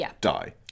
die